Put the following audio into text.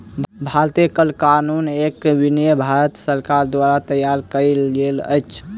भारतीय कर कानून एवं नियम भारत सरकार द्वारा तैयार कयल गेल अछि